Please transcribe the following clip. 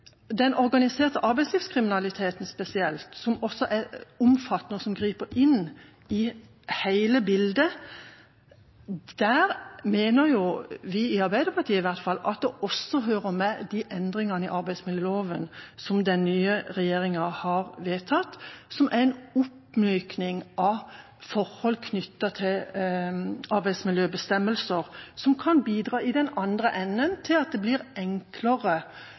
den organiserte arbeidslivskriminaliteten spesielt, som er omfattende, og som griper inn i hele bildet, mener i hvert fall vi i Arbeiderpartiet at de endringene i arbeidsmiljøloven som den nye regjeringa har vedtatt, også hører med, som er en oppmykning av forhold knyttet til arbeidsmiljøbestemmelser, som kan bidra til – i den andre enden – at det blir